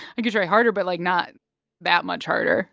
i could try harder but, like, not that much harder